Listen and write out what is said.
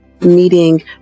meeting